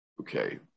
Okay